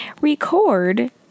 record